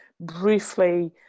briefly